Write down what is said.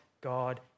God